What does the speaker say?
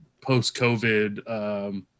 post-COVID